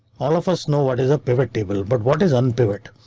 all of us know what is a pivot table. but what is unpivot?